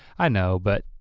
i know, but,